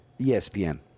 ESPN